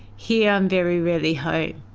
here, i'm very rarely home.